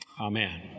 Amen